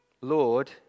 Lord